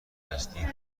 نسلی